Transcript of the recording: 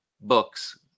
books